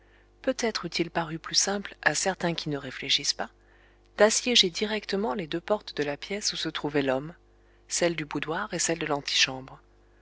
coucher peutêtre eût-il paru plus simple à certains qui ne réfléchissent pas d'assiéger directement les deux portes de la pièce où se trouvait l'homme celle du boudoir et celle de l'antichambre